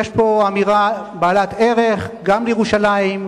יש פה אמירה בעלת ערך גם לירושלים,